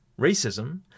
Racism